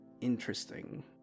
interesting